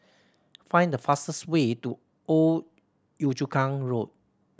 find the fastest way to Old Yio Chu Kang Road